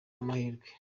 amahirwe